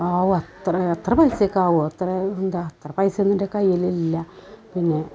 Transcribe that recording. ആവൂ അത്ര അത്ര പൈസയൊക്കെ ആവുമോ അത്ര എന്താണ് അത്ര പൈസയൊന്നും എൻ്റെ കയ്യിലില്ല പിന്നെ